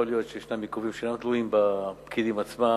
יכול להיות שיש עיכובים שאינם תלויים בפקידים עצמם,